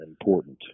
important